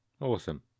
awesome